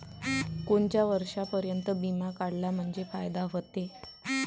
कोनच्या वर्षापर्यंत बिमा काढला म्हंजे फायदा व्हते?